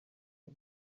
y’u